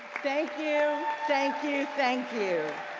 thank you, thank you, thank you.